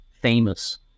famous